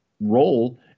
role